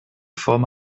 form